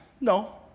No